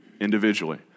individually